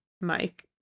Mike